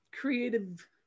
creative